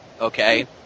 okay